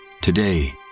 Today